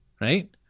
right